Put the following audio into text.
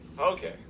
Okay